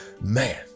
Man